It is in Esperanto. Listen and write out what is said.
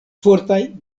fortaj